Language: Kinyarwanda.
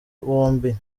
bombi